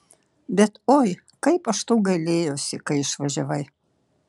bet oi kaip aš to gailėjausi kai išvažiavai